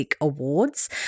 Awards